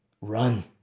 run